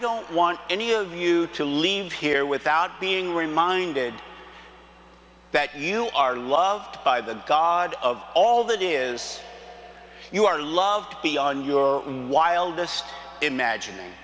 don't want any of you to leave here without being reminded that you are loved by the god of all that is you are loved beyond your wildest imagin